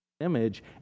Image